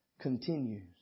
continues